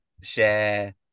Share